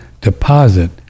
deposit